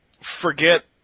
forget